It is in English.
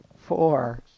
four